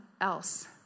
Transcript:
else